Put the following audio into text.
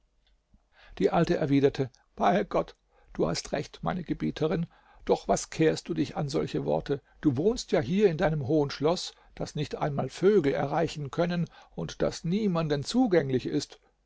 die alte erwiderte bei gott du hast recht meine gebieterin doch was kehrst du dich an solche worte du wohnst ja hier in deinem hohen schloß das nicht einmal vögel erreichen können und das niemanden zugänglich ist